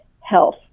health